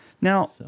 Now